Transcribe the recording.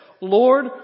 Lord